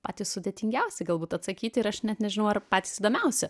patys sudėtingiausi galbūt atsakyti ir aš net nežinau ar patys įdomiausi